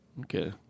Okay